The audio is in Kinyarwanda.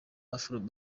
afro